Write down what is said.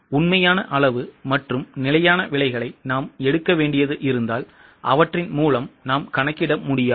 உண்மையான அளவு மற்றும் நிலையான விலைகளை நாம் எடுக்க வேண்டியது இருந்தால் அவற்றின் மூலம் நாம் கணக்கிட முடியாது